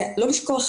לא לשכוח,